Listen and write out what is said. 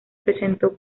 presentó